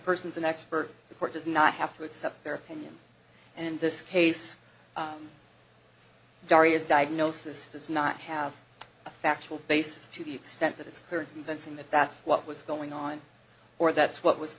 person is an expert the court does not have to accept their opinion and in this case daria's diagnosis does not have a factual basis to the extent that it's current events in that that's what was going on or that's what was